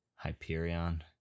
Hyperion